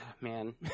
man